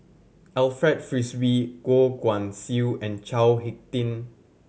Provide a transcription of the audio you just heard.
Alfred Frisby Goh Guan Siew and Chao Hick Tin